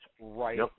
right